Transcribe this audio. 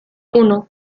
uno